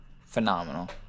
Phenomenal